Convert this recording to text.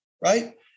right